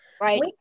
Right